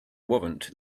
warrant